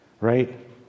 right